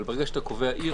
אבל ברגע שאתה קובע עיר,